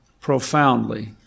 profoundly